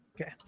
okay